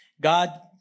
God